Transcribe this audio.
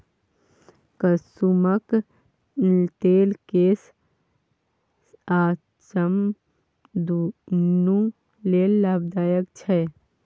कुसुमक तेल केस आ चाम दुनु लेल लाभदायक छै